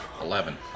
Eleven